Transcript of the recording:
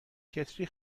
کتری